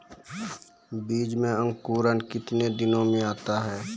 बीज मे अंकुरण कितने दिनों मे आता हैं?